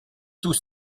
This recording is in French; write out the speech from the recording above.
tous